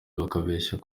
bababeshya